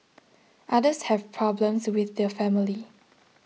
others have problems with the family